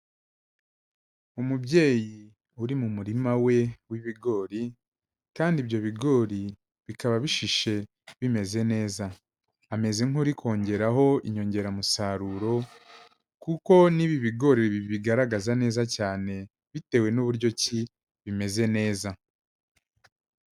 Umubyeyi uri mu murima we w'ibigori, kandi ibyo bigori bikaba bishishe bimeze neza, ameze nk'uri kongeraho inyongeramusaruro kuko n'ibi bigori bibigaragaza neza cyane bitewe n'uburyo ki bimeze neza.